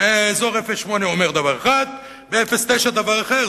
באזור 08 הוא אומר דבר אחד, ב-09, דבר אחר.